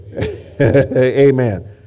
Amen